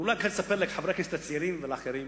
אני אולי רק אספר כאן לחברי הכנסת הצעירים ולאחרים,